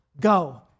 Go